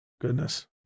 Goodness